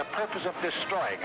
the purpose of this strike